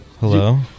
Hello